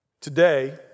Today